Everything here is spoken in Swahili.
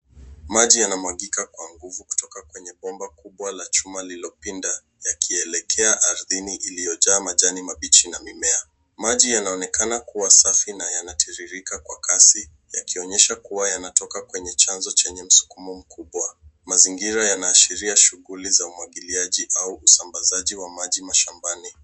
Maji yanamwagika kwa nguvu kutoka kwenye bomba kubwa la chuma lililopinda yakielekea ardhini iliyojaa majani mabichi na mimea. Yanaonekana kuwa safi na yanatiririka kwa kasi yakionyesha kuwa yanatoka kwenye chano chenye msukumo mkubwa. Mazingirz yanaashiria shughuli za umwagiliaji au usambazaji wa maji shambani.